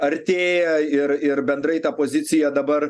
artėja ir ir bendrai ta pozicija dabar